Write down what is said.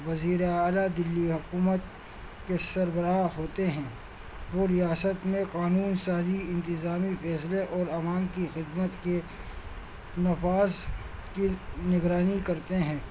وزیر اعلیٰ دلی حکومت کے سربراہ ہوتے ہیں وہ ریاست میں قانون سازی انتظامی فیصلے اور عوام کی خدمت کے نفاذ کی نگرانی کرتے ہیں